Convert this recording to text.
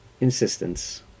insistence